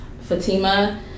Fatima